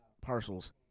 parcels